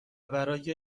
برای